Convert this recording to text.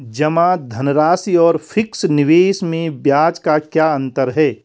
जमा धनराशि और फिक्स निवेश में ब्याज का क्या अंतर है?